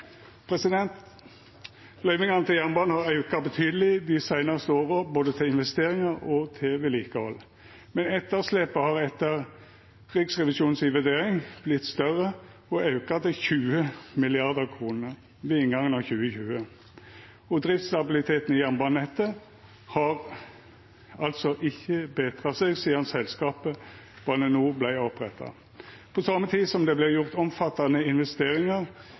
Løyvingane til jernbanen har auka betydeleg dei seinaste åra, både til investeringar og til vedlikehald, men etterslepet har etter Riksrevisjonens vurdering vorte større og auka til 20 mrd. kr ved inngangen til 2020. Og driftsstabiliteten i jernbanenettet har altså ikkje betra seg sidan selskapet Bane NOR vart oppretta. På same tid som det vert gjort omfattande investeringar